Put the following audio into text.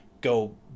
go